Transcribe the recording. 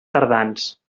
tardans